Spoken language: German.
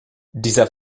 dieser